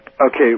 Okay